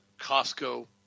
Costco